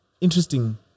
interesting